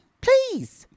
Please